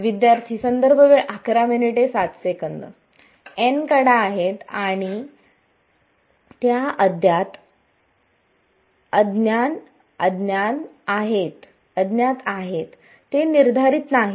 विद्यार्थी n कडा आहेत आणि त्या अज्ञात अद्याप अज्ञात आहेत ते निर्धारित नाहीत